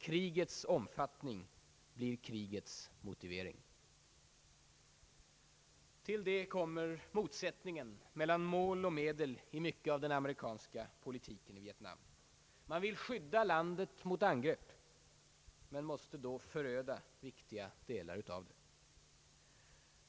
Krigets omfattning blir krigets motivering. Till detta kommer motsättningarna mellan mål och medel i mycket av den amerikanska politiken i Vietnam. Man vill skydda landet mot angrepp — men måste då föröda viktiga delar av det.